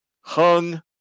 hung